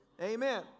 Amen